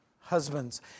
husbands